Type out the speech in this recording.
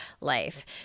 life